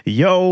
yo